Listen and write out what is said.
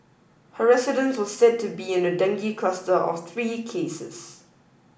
her residence was said to be in a dengue cluster of three cases